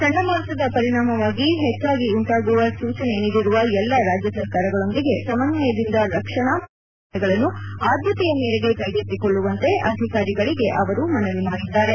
ಚಂಡಮಾರುತದ ಪರಿಣಾಮ ಹೆಚ್ಚಾಗಿ ಉಂಟಾಗುವ ಸೂಚನೆ ನೀಡಿರುವ ಎಲ್ಲ ರಾಜ್ಯ ಸರ್ಕಾರಗಳೊಂದಿಗೆ ಸಮನ್ವಯದಿಂದ ರಕ್ಷಣಾ ಮತ್ತು ಪರಿಹಾರ ಕಾರ್ಯಾಚರಣೆಗಳನ್ನು ಆದ್ಯತೆಯ ಮೇರೆಗೆ ಕೈಗೆತ್ತಿಕೊಳ್ಳುವಂತೆ ಅಧಿಕಾರಿಗಳಿಗೆ ಅವರು ಮನವಿ ಮಾಡಿದ್ದಾರೆ